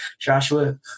Joshua